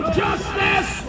justice